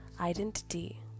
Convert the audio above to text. identity